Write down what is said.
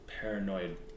paranoid